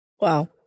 Wow